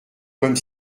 comme